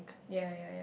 ya ya ya